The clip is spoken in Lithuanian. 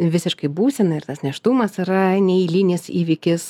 visiškai būsena ir tas nėštumas yra neeilinis įvykis